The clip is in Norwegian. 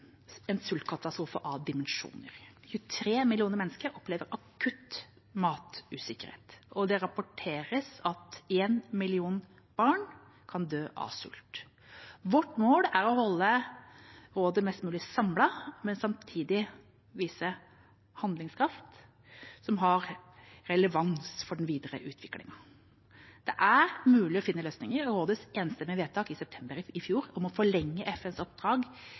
en sultkatastrofe av dimensjoner. 23 millioner mennesker opplever akutt matusikkerhet. Det rapporteres at én million barn kan dø av sult. Vårt mål er å holde rådet mest mulig samlet, men samtidig vise handlekraft som har relevans for den videre utviklingen. Det er mulig å finne løsninger. Rådets enstemmige vedtak i september i fjor om å forlenge FNs oppdrag